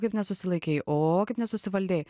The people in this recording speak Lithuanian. kaip nesusilaikei o kaip nesusivaldei